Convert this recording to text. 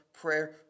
prayer